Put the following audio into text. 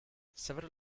several